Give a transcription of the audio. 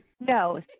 No